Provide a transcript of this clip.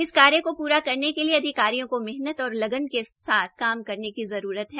इस कार्य को पूरा करने के लिए अधिकारियों को मेहनत और लग्न के साथ काम करने की जरूरत है